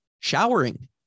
showering